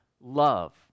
love